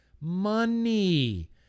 Money